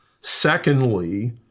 Secondly